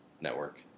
network